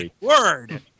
word